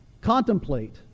contemplate